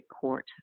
court